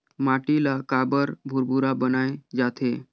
माटी ला काबर भुरभुरा बनाय जाथे?